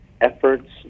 efforts